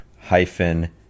hyphen